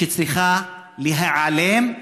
שצריכה להיעלם,